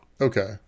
okay